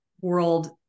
world